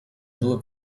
due